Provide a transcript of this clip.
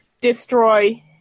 destroy